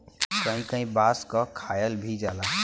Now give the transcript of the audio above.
कहीं कहीं बांस क खायल भी जाला